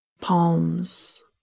Palms